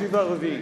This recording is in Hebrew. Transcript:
השלישי והרביעי.